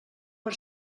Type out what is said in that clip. per